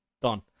done